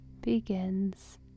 begins